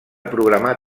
programar